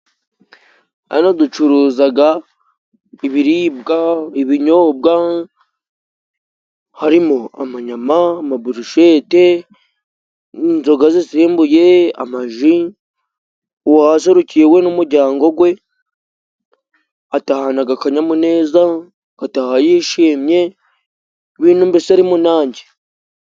Hano ducuruzaga ibiribwa, ibinyobwa, harimo amanyama, amaburushete, inzogazi zimbuye, amaji. uwahaserukiye we n'umuryango gwe, atahanaga akanyamuneza, agataha yishimye, binintu mbese ari mu nange.